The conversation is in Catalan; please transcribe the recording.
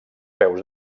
peus